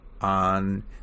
on